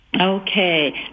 Okay